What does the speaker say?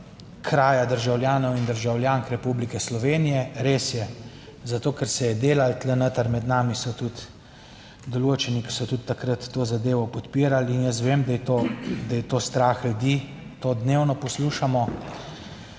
kraja državljanov in državljank Republike Slovenije. Res je, zato ker se je delalo tu noter, med nami so tudi določeni, ki so tudi takrat to zadevo podpirali in jaz vem, da je to strah ljudi, to dnevno poslušamo.